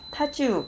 他就